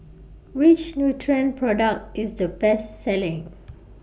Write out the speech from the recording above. Which Nutren Product IS The Best Selling